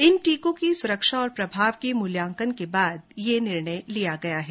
इन टीकों की सुरक्षा और प्रभाव के मूल्यांकन के बाद यह निर्णय लिया गया है